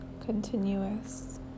Continuous